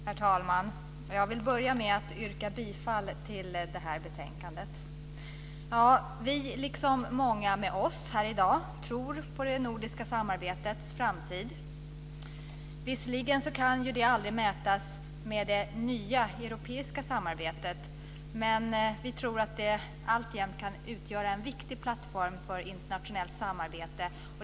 Herr talman! Jag börjar med att yrka bifall till utskottets förslag. Vi och många med oss här i dag tror på det nordiska samarbetets framtid. Visserligen kan det aldrig mäta sig med det nya europeiska samarbetet, men vi tror att det alltjämt kan utgöra en viktig plattform för internationellt samarbete.